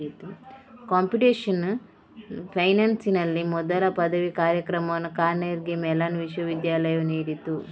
computational ಫೈನಾನ್ಸಿನಲ್ಲಿ ಮೊದಲ ಪದವಿ ಕಾರ್ಯಕ್ರಮವನ್ನು ಕಾರ್ನೆಗೀ ಮೆಲಾನ್ ವಿಶ್ವವಿದ್ಯಾಲಯವು ನೀಡಿತು